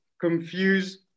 confuse